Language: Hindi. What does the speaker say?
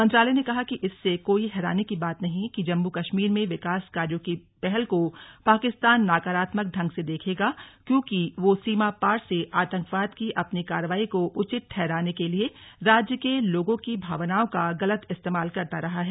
मंत्रालय ने कहा कि इसमें कोई हैरानी की बात नहीं है कि जम्मू कश्मीर में विकास कार्यों की पहल को पाकिस्तान नकारात्मक ढंग से देखेगा क्योंकि वह सीमापार से आतंकवाद की अपनी कार्रवाई को उचित ठहराने के लिए राज्य के लोगों की भावनाओं का गलत इस्तेमाल करता रहा है